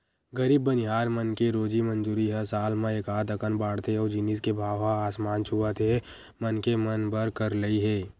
गरीब बनिहार मन के रोजी मंजूरी ह साल म एकात अकन बाड़थे अउ जिनिस के भाव ह आसमान छूवत हे मनखे मन बर करलई हे